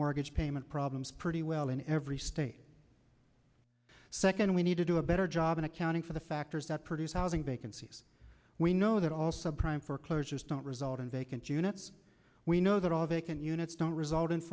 mortgage payment problems pretty well in every state second we need to do a better job in accounting for the factors that produce housing vacancies we know that all subprime foreclosures don't result in vacant units we know that all vacant units don't result in